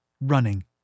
running